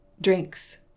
drinks